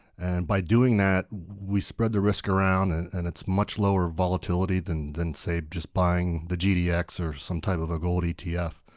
and by doing that, we spread the risk around and and it's much lower volatility than than say just buying the gdx or some type of a gold etf.